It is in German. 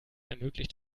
ermöglicht